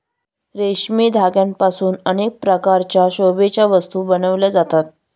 रेशमी धाग्यांपासून अनेक प्रकारच्या शोभेच्या वस्तू बनविल्या जातात